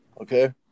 okay